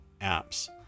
apps